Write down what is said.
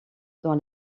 dans